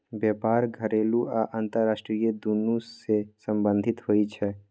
बेपार घरेलू आ अंतरराष्ट्रीय दुनु सँ संबंधित होइ छै